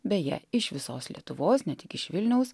beje iš visos lietuvos ne tik iš vilniaus